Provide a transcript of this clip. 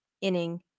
inning